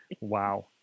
Wow